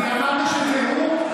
אני אמרתי שזה הוא?